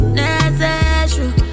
necessary